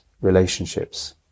relationships